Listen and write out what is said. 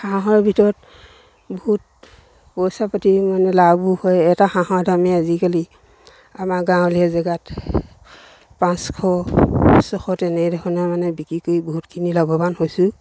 হাঁহৰ ভিতৰত বহুত পইচা পাতি মানে লাভো হয় এটা হাঁহত আমি আজিকালি আমাৰ গাঁৱলীয়া জেগাত পাঁচশ ছশ তেনেধৰণে মানে বিক্ৰী কৰি বহুতখিনি লাভৱান হৈছোঁ